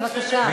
בבקשה.